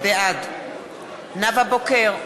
בעד נאוה בוקר,